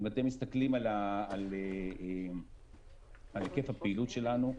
אם אתם מסתכלים על היקף הפעילות שלנו,